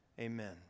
Amen